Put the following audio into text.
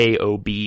KOB